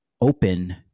open